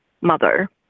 mother